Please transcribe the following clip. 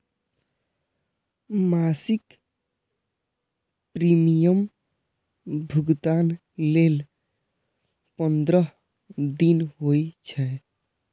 मासिक प्रीमियम भुगतान लेल पंद्रह दिन होइ छै